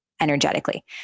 energetically